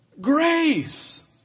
Grace